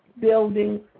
building